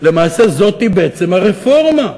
למעשה זאת בעצם הרפורמה.